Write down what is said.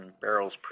barrels